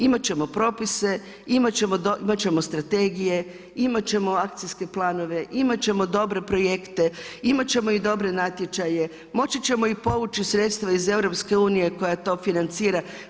Imat ćemo propise, imat ćemo strategije, imat ćemo akcijske planove, imat ćemo dobre projekte, imat ćemo i dobre natječaje, moći ćemo i povući sredstva iz EU koja to financira.